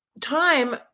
time